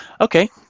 Okay